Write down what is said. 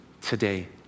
today